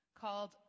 called